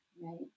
Right